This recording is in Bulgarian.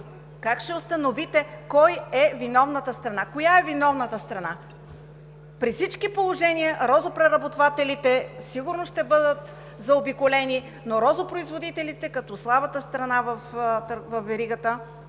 как ще установите коя е виновната страна? При всички положения розопреработвателите сигурно ще бъдат заобиколени, но розопроизводителите, като слабата страна във веригата,